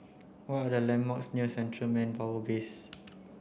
what are the landmarks near Central Manpower Base